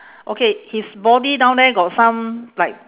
okay his body down there got some like